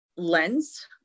Lens